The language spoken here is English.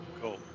Cool